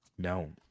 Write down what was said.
No